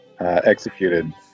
executed